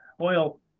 oil